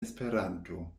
esperanto